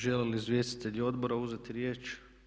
Žele li izvjestitelji odbora uzeti riječ?